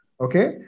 Okay